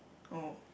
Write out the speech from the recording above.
oh